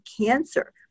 cancer